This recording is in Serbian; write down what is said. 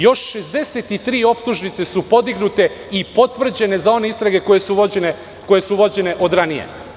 Još 63 optužnice su podignute i potvrđene za one istrage koje su vođene od ranije.